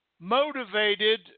motivated